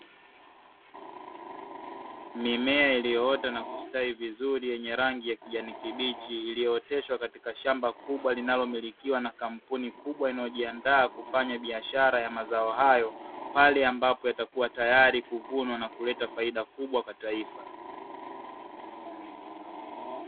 Mimea iliyoota na kustawi vizuri yenye rangi ya kijani kibichi iliyooteshwa katika shamba kubwa, linalomilikiwa na kampuni kubwa inayojiandaa kufanya biashara ya mazao hayo pale ambapo itakua tayari kuvunwa, na kuleta faida kubwa kwa taifa.